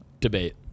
Debate